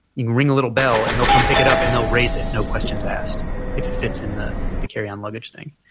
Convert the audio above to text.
you can ring a little bell and they'll come pick it up and they'll raise it, no questions asked if it fits in the the carryon luggage thing,